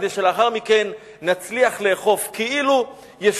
כדי שלאחר מכן נצליח לאכוף.